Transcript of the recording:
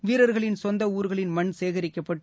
வீரர்களின் சொந்த ஊர்களின் மண் சேகரிக்கப்பட்டு